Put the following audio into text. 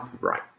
right